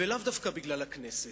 ולאו דווקא בגלל הכנסת.